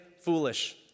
foolish